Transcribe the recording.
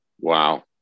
Wow